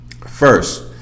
First